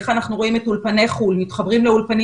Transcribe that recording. איך אנחנו רואים את אולפני חו"ל מתחברים לאולפנים